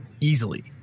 easily